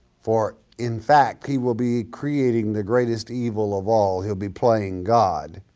for in fact he will be creating the greatest evil of all, he'll be playing god,